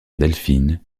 delphine